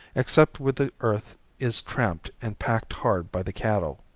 except where the earth is tramped and packed hard by the cattle.